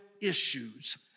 issues